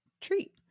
treat